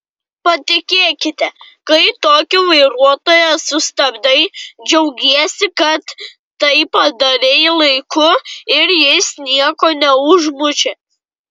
patikėkite kai tokį vairuotoją sustabdai džiaugiesi kad tai padarei laiku ir jis nieko neužmušė